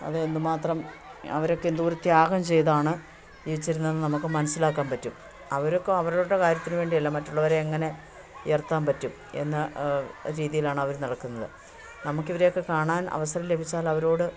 അത് എന്തുമാത്രം അവരൊക്കെ എന്തോരം ത്യാഗം ചെയ്താണ് ജീവിച്ചിരുന്നതെന്ന് നമുക്ക് മനസ്സിലാക്കാൻ പറ്റും അവരൊക്കെ അവരവരുടെ കാര്യത്തിനു വേണ്ടിയല്ല മറ്റുള്ളവരെ എങ്ങനെ ഇയർത്താൻ പറ്റും എന്ന രീതിയിലാണവർ നടക്കുന്നത് നമ്മൾക്കിവരെയൊക്കെ കാണാൻ അവസരം ലഭിച്ചാലവരോട്